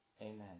Amen